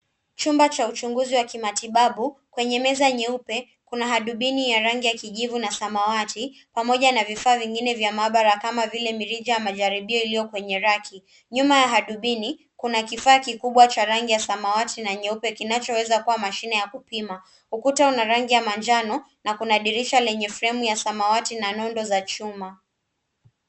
Chumba cha uchunguzi wa kimatibabu. Kwenye meza nyeupe, kuna hadubini ya rangi ya kijivu na samawati pamoja na vifaa vingine vya maabara kama vile mirija ya majaribio iliyo kwenye raki. Nyuma ya hadubini kuna kifaa kikubwa cha rangi ya samawati na nyeupe kinachoweza kuwa mashine ya kupima. Ukuta una rangi ya njano na kuna dirisha lenye fremu ya samawati na nundo za chuma